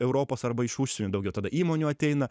europos arba iš užsienio daugiau tada įmonių ateina